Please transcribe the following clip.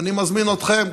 אני מזמין אתכם,